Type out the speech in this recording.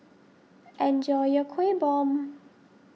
enjoy your Kuih Bom